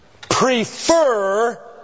prefer